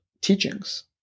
teachings